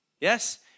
Yes